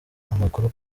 amakuru